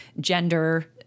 gender